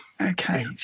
Okay